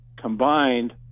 combined